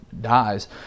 dies